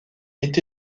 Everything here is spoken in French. est